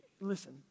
listen